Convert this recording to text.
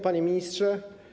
Panie Ministrze!